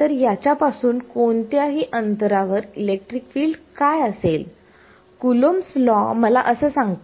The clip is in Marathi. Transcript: तर याच्यापासून कोणत्याही अंतरावर इलेक्ट्रिक फील्ड काय असेल कुलोंब्स लॉCoulombs law मला असं सांगतो